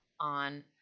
on